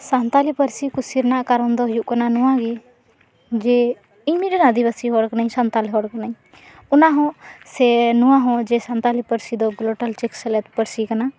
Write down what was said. ᱥᱟᱱᱛᱟᱞᱤ ᱯᱟᱹᱨᱥᱤ ᱠᱩᱥᱤ ᱨᱮᱱᱟᱜ ᱠᱟᱨᱚᱱ ᱫᱚ ᱦᱩᱭᱩᱜ ᱠᱟᱱᱟ ᱱᱚᱶᱟ ᱜᱮ ᱡᱮ ᱤᱧ ᱢᱤᱫᱴᱮᱱ ᱟᱹᱫᱤᱵᱟᱥᱤ ᱦᱚᱲ ᱠᱟᱹᱱᱟᱹᱧ ᱥᱟᱱᱛᱟᱞ ᱦᱚᱲ ᱠᱟᱹᱱᱟᱹᱧ ᱚᱱᱟ ᱦᱚᱸ ᱥᱮ ᱱᱚᱶᱟ ᱦᱚᱸ ᱡᱮ ᱥᱟᱱᱛᱟᱞᱤ ᱯᱟᱹᱨᱥᱤ ᱫᱚ ᱜᱳᱞᱳᱴᱟᱞ ᱪᱮᱠ ᱥᱮᱞᱮᱫ ᱯᱟᱹᱨᱥᱤ ᱠᱟᱱᱟ